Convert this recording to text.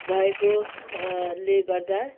भएको ले गर्दा